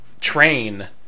train